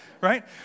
Right